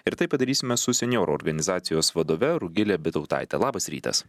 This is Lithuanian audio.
ir tai padarysime su senjorų organizacijos vadove rugile bitautaite labas rytas